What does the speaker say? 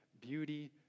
Beauty